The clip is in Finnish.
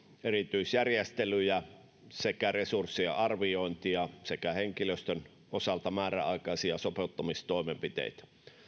erityisjärjestelyjä sekä resurssien arviointia sekä henkilöstön osalta määräaikaisia sopeuttamistoimenpiteitä